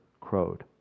crowed